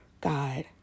God